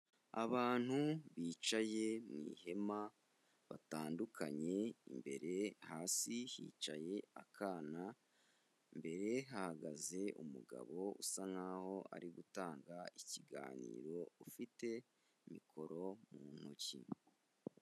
Abantu bicaye mu ihema, batandukanye imbere, hasi hicaye akana, imbere hahagaze umugabo usa nk'aho ari gutanga ikiganiro, ufite mikoro mu ntoki.